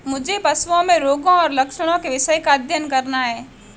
मुझे पशुओं में रोगों और लक्षणों के विषय का अध्ययन करना है